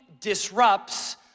disrupts